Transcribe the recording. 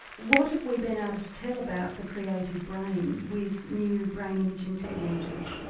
what have we been able to tell about the creative brain with new brain imaging technologies?